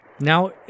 Now